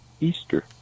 Easter